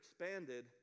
expanded